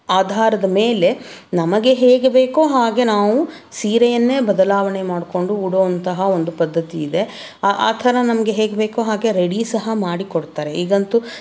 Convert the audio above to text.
ಆಧಾರದ ಮೇಲೆ ನಮಗೆ ಹೇಗೆ ಬೇಕೋ ಹಾಗೆ ನಾವು ಸೀರೆಯನ್ನೇ ಬದಲಾವಣೆ ಮಾಡಿಕೊಂಡು ಉಡೋವಂತಹ ಒಂದು ಪದ್ಧತಿ ಇದೆ ಆ ಆ ಥರ ನಮಗೆ ಹೇಗೆ ಬೇಕೋ ಹಾಗೆ ರೆಡಿ ಸಹ ಮಾಡಿಕೊಡ್ತಾರೆ ಈಗಂತೂ